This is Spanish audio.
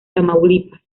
tamaulipas